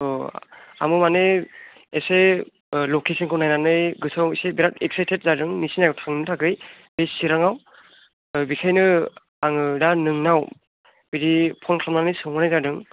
औ आंबो माने एसे ओ लकेशनखौ नायनानै गोसोआव एसे बिराद एक्साइटेड जादों नोंसिनि जायगायाव थांनो थाखाय बे चिरांआव ओ बेनिखायनो आङो दा नोंनाव बिदि फन खालामनानै सोंनाय जादों